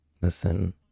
listen